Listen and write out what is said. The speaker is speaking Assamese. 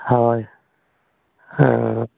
হয়